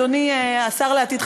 אדוני השר לעתיד,